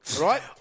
Right